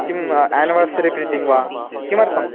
किं anniversary printing वा किमर्थं